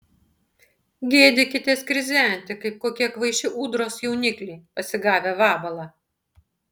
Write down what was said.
gėdykitės krizenti kaip kokie kvaiši ūdros jaunikliai pasigavę vabalą